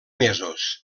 mesos